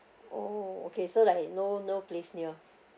oh okay so like no no place near